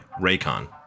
Raycon